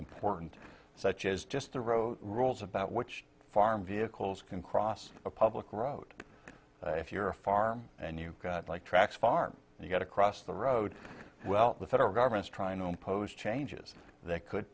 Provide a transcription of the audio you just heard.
important such as just the road rules about which farm vehicles can cross a public road if you're a farm and you like track farm and you get across the road well the federal government's trying to impose changes that could